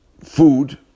food